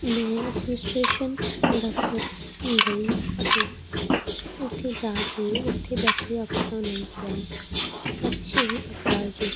ਮੈਂ ਰਜਿਸਟਰੇਸ਼ਨ ਦਫ਼ਤਰ ਗਈ ਅਤੇ ਉੱਥੇ ਜਾ ਕੇ ਉੱਥੇ ਬੈਠੇ ਅਫ਼ਸਰਾਂ ਨੂੰ ਕਿਹਾ ਸਤਿ ਸ਼੍ਰੀ ਅਕਾਲ ਜੀ